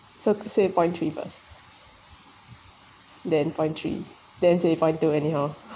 so to say point three first then point three then say point two already hor